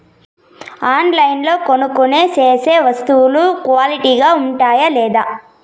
ఆన్లైన్లో కొనుక్కొనే సేసే వస్తువులు క్వాలిటీ గా ఉండాయా లేదా?